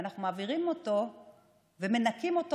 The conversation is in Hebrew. ואנחנו מעבירים אותו ומנקים אותו